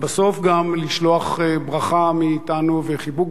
ובסוף גם לשלוח ברכה מאתנו וחיבוק